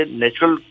natural